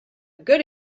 good